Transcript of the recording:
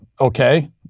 Okay